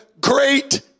great